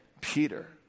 Peter